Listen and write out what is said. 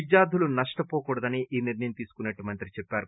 విద్యార్థులు నష్టవోకూడదసే ఈ నిర్ణయం తీసుకున్నట్లు మంత్రి చెప్పారు